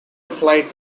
flight